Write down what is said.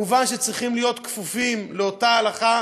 מובן שצריכים להיות כפופים לאותה הלכה